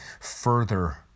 further